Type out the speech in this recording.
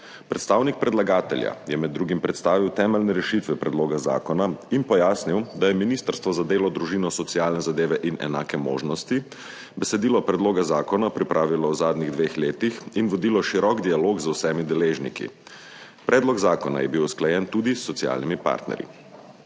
Predstavnik predlagatelja je med drugim predstavil temeljne rešitve predloga zakona in pojasnil, da je Ministrstvo za delo, družino, socialne zadeve in enake možnosti besedilo predloga zakona pripravilo v zadnjih dveh letih in vodilo širok dialog z vsemi deležniki. Predlog zakona je bil usklajen tudi s socialnimi partnerji.